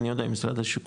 אני יודע שגם משרד השיכון,